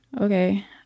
Okay